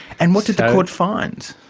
and what did the court find?